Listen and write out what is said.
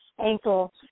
ankle